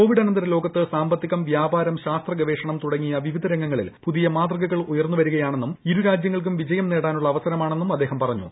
Covid അനന്തര ലോകത്ത് സാമ്പത്തികിറ്റ ്വ്യാപാരം ശാസ്ത്ര ഗവേഷണം തുടങ്ങിയ വിവിധ രംഗങ്ങളിൽ ്പുതിയ മാതൃകകൾ ഉയർന്നു വരികയാണെന്നും ഇരുക്ക്ജ്യങ്ങൾക്കും വിജയം നേടാനുള്ള അവസരമാണെന്നും അദ്ദ്ഹം പറഞ്ഞു